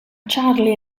charlie